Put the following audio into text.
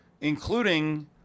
including